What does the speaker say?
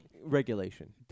regulation